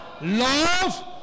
Love